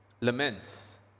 laments